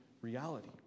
reality